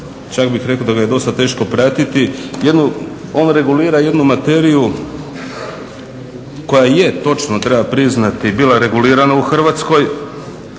čak bih rekao da ga je dosta teško pratiti. On regulira jednu materiju koja je točno treba priznati bila regulirana u Hrvatskoj,